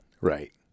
Right